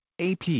AP